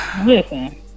listen